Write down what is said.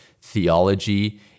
theology